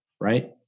right